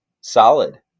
solid